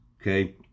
okay